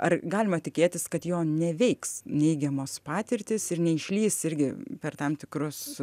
ar galima tikėtis kad jo neveiks neigiamos patirtys ir neišlįs irgi per tam tikrus